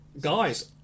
Guys